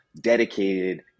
dedicated